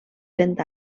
cent